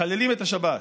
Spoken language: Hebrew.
מחללים את השבת?